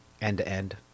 end-to-end